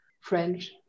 French